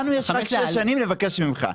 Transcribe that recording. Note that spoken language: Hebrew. לנו יש רק שש שנים לבקש ממך.